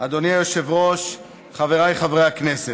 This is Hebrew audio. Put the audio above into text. אדוני היושב-ראש, חבריי חברי הכנסת,